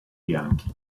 bianchi